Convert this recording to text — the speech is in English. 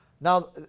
Now